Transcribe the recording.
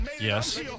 Yes